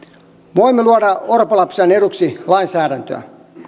voimme luoda orpolapsien eduksi lainsäädäntöä